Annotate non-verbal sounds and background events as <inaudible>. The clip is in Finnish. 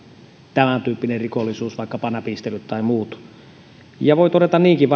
tämäntyyppinen rikollisuus vaikkapa näpistelyt tai muut voi todeta niinkin <unintelligible>